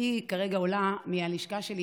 אני כרגע עולה מהלשכה שלי.